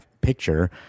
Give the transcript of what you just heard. picture